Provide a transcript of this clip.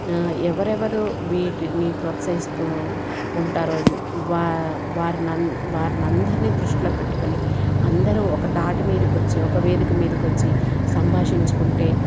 ఎవరెవరో వీటిని ప్రోత్సహిస్తూ ఉంటారో వా వారినంద వారినందరిని దృష్టిలో పెట్టుకొని అందరూ ఒక తాటి మీదకొచ్చి ఒక వేదిక మీదకొచ్చి సంభాషించుకుంటే